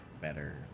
better